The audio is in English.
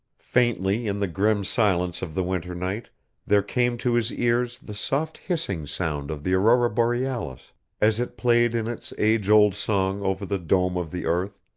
faintly in the grim silence of the winter night there came to his ears the soft hissing sound of the aurora borealis as it played in its age-old song over the dome of the earth,